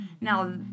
Now